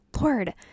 Lord